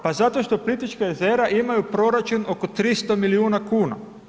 Pa zato što Plitvička jezera imaju proračun oko 300 milijuna kuna.